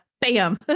bam